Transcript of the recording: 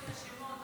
את השמות,